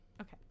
okay